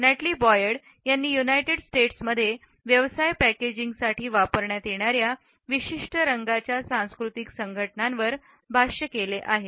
Natalie Boyd यांनी United States मध्ये व्यवसाय पॅकेजिंग साठी वापरण्यात येणाऱ्या विशिष्ट रंगाच्या सांस्कृतिक संघटनांवर भाष्य केले आहे